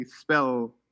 spell